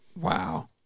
Wow